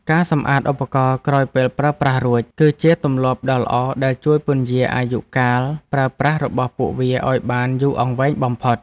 ការសម្អាតឧបករណ៍ក្រោយពេលប្រើប្រាស់រួច គឺជាទម្លាប់ដ៏ល្អដែលជួយពន្យារអាយុកាលប្រើប្រាស់របស់ពួកវាឱ្យបានយូរអង្វែងបំផុត។